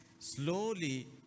slowly